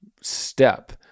step